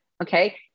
Okay